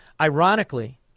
ironically